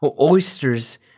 Oysters